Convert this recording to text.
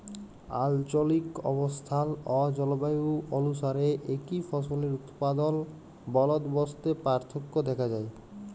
আলচলিক অবস্থাল অ জলবায়ু অলুসারে একই ফসলের উৎপাদল বলদবস্তে পার্থক্য দ্যাখা যায়